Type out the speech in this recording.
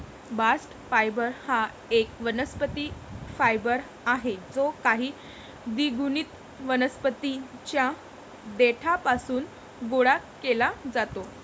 bast fibre हा एक वनस्पती फायबर आहे जो काही द्विगुणित वनस्पतीं च्या देठापासून गोळा केला जातो